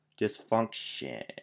dysfunction